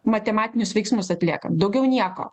matematinius veiksmus atliekant daugiau nieko